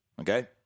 Okay